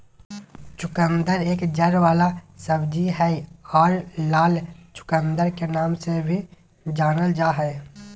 चुकंदर एक जड़ वाला सब्जी हय आर लाल चुकंदर के नाम से भी जानल जा हय